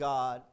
God